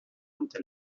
ante